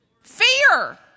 Fear